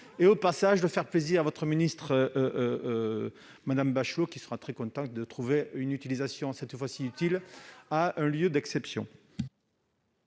au passage de faire plaisir à votre collègue Roselyne Bachelot, qui sera très contente de trouver une utilisation cette fois utile à un lieu d'exception.